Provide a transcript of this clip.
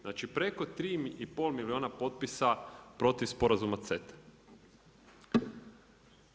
Znači preko 3,5 milijuna potpisa protiv Sporazuma CETA-e.